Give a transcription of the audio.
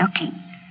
looking